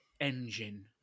engine